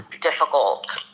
difficult